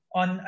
on